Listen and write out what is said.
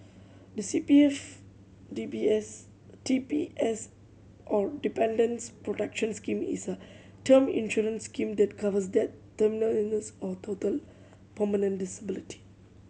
the C P F D B S D P S or Dependants Protection Scheme is a term insurance scheme that covers death terminal illness or total permanent disability